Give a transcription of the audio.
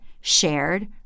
shared